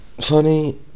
funny